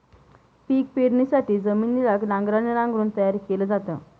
पिक पेरणीसाठी जमिनीला नांगराने नांगरून तयार केल जात